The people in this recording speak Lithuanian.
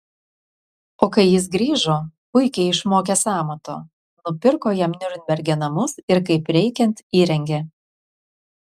o kai jis grįžo puikiai išmokęs amato nupirko jam niurnberge namus ir kaip reikiant įrengė